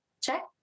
check